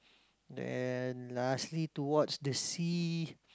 then lastly towards to the sea